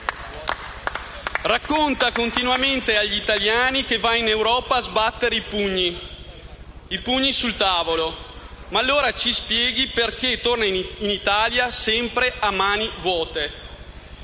Racconta continuamente agli italiani che va in Europa a sbattere i pugni sul tavolo, ma allora ci spieghi perché torna in Italia sempre a mani vuote.